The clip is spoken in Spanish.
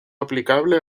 aplicable